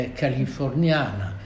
californiana